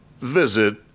Visit